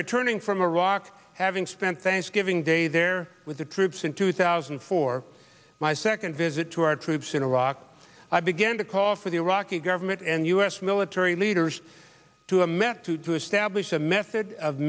returning from iraq having spent thanksgiving day there with the troops in two thousand and four my second visit to our troops in iraq i began to call for the iraqi government and u s military leaders to a met to to establish a method of